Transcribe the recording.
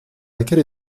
laquelle